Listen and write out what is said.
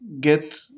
get